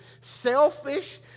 selfish